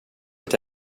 inte